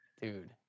dude